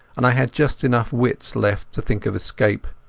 and i had just enough wits left to think of escape.